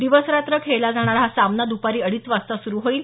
दिवस रात्र खेळला जाणारा हा सामना द्पारी अडीच वाजता सुरू होईल